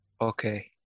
Okay